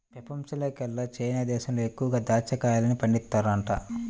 పెపంచంలోకెల్లా చైనా దేశంలో ఎక్కువగా దాచ్చా కాయల్ని పండిత్తన్నారంట